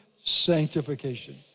Sanctification